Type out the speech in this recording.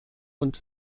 und